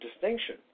distinction